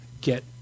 Get